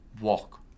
walk